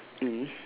mmhmm